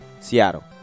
Seattle